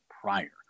prior